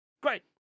great